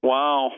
Wow